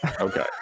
Okay